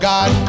God